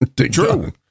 True